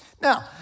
Now